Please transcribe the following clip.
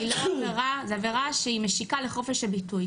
זאת עבירה שהיא משיקה לחופש הביטוי.